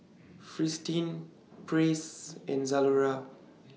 Fristine Praise and Zalora